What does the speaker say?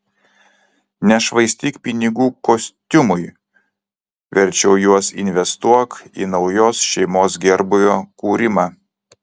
nešvaistyk pinigų kostiumui verčiau juos investuok į naujos šeimos gerbūvio kūrimą